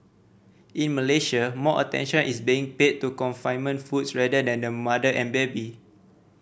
in Malaysia more attention is being paid to confinement foods rather than the mother and baby